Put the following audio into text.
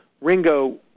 Ringo